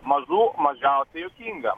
mažų mažiausiai juokinga